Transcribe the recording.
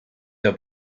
der